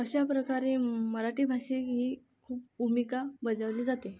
अशा प्रकारे मराठी भाषा ही खूप भूमिका बजावली जाते